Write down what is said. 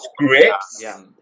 scripts